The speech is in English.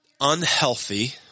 unhealthy